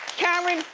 karen,